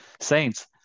saints